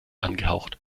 angehaucht